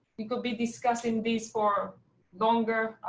we could be discussing this for longer.